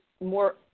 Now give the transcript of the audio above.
more